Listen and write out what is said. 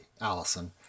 Allison